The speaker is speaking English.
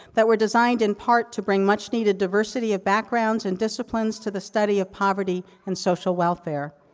that were designed in part to bring much needed diversity of backgrounds and disciplines to the study of poverty and social welfare.